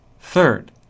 Third